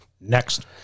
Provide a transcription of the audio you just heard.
Next